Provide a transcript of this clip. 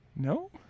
no